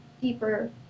deeper